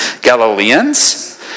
Galileans